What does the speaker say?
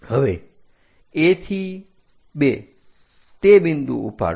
હવે A થી 2 તે બિંદુ ઉપાડો